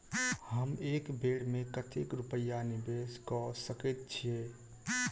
हम एक बेर मे कतेक रूपया निवेश कऽ सकैत छीयै?